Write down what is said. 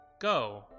Go